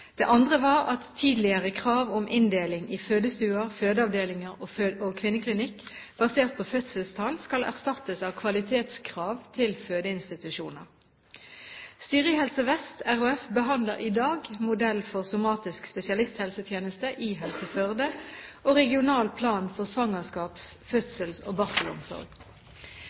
Det andre var at tidligere krav om inndeling i fødestuer, fødeavdelinger og kvinneklinikk basert på fødselstall skal erstattes av kvalitetskrav til fødeinstitusjoner. Styret i Helse Vest RHF behandler i dag modell for somatisk spesialisthelsetjeneste i Helse Førde og regional plan for svangerskaps-, fødsels- og barselomsorg.